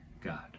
God